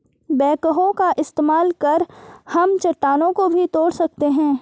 backhoe का इस्तेमाल कर हम चट्टानों को भी तोड़ सकते हैं